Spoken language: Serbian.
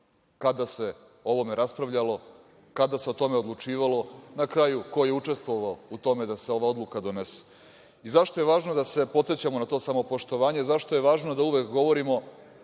kada se o ovome raspravljalo, kada se o tome odlučivalo, na kraju ko je učestvovao u tome da se ova odluka donese. Zašto je važno da se podsećamo na to samopoštovanje, zašto je važno da uvek govorimo